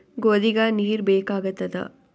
ಗೋಧಿಗ ನೀರ್ ಬೇಕಾಗತದ?